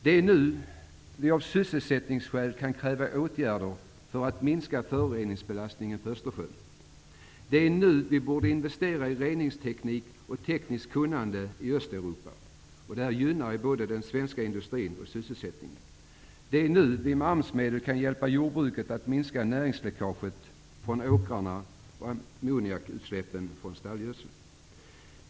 Det är nu vi av sysselsättningsskäl kan kräva åtgärder för att minska föroreningsbelastningen på Det är nu vi borde investera i reningsteknik och tekniskt kunnande i Östeuropa. Det gynnar både den svenska industrin och sysselsättningen. Det är nu vi med AMS-medel kan hjälpa jordbruket att minska näringsläckaget från åkrarna och ammoniakutsläppen från stallgödseln.